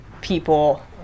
people